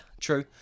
true